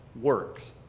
works